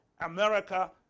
America